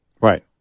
Right